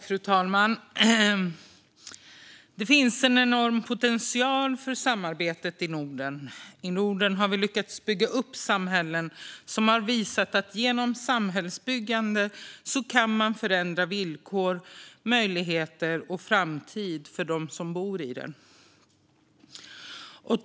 Fru talman! Det finns en enorm potential för samarbetet i Norden. I Norden har vi lyckats bygga upp samhällen som har visat att man genom samhällsbyggande kan förändra villkor, möjligheter och framtid för dem som bor i dem.